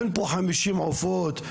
אין כאן 50 עופות,